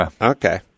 Okay